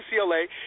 UCLA